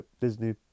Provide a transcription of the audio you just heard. Disney